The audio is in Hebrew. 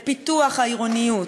לפיתוח העירוניות,